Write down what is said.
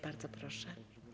Bardzo proszę.